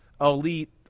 elite